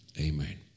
amen